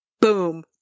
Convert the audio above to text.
boom